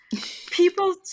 People